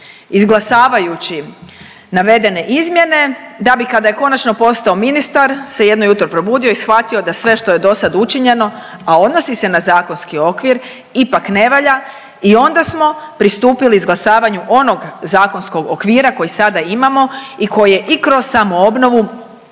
izglasavajući navedene izmjene, da bi kada je konačno postao ministar se jedno jutro probudio i shvatio da sve što je do sad učinjeno, a odnosi se na zakonski okvir ipak ne valja i onda smo pristupili izglasavanju onog zakonskog okvira koji sada imamo i koji je i kroz samoobnovu